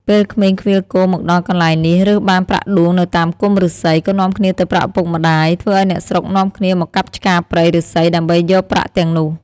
ពេលក្មេងឃ្វាលគោមកដល់កន្លែងនេះរើសបានប្រាក់ដួងនៅតាមគុម្ពឫស្សី ក៏នាំគ្នាទៅប្រាប់ឪពុកម្ដាយ ធ្វើឲ្យអ្នកស្រុកនាំគ្នាមកកាប់ឆ្ការព្រៃឫស្សីដើម្បីយកប្រាក់ទាំងនោះ។